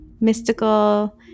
mystical